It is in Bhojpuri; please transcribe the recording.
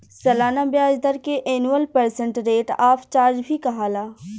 सलाना ब्याज दर के annual percent rate of charge भी कहाला